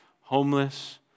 homeless